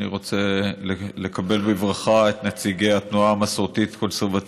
אני רוצה לקבל בברכה את נציגי התנועה המסורתית-קונסרבטיבית,